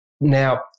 now